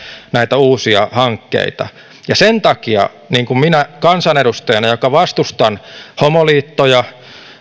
näitä uusia hankkeita aina tipotellen ja sen takia vastustan tätä niin kuin minä kansanedustajana vastustan